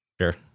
Sure